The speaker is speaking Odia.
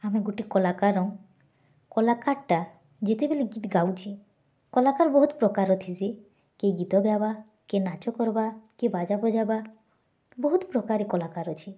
ଆମେ ଗୁଟେ କଲାକାର କଲାକାର୍ଟା ଯେତେବେଲେ ଗୀତ୍ ଗାଉଛି କଲାକାର୍ ବହୁତ୍ ପ୍ରକାର୍ ର ଥିସି କିଏ ଗୀତ ଗାଇବା କିଏ ନାଚ କରବା କିଏ ବାଜା ବଜାବା ବହୁତ୍ ପ୍ରକାର୍ ରେ କଲାକାର୍ ଅଛି